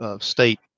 state